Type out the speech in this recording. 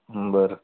बरं